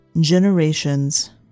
Generations